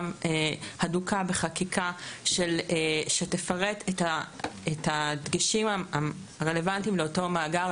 הדוקה בחקיקה שתפרט את הדגשים הרלוונטיים לאותו מאגר,